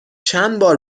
چندبار